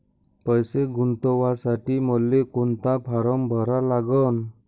पैसे गुंतवासाठी मले कोंता फारम भरा लागन?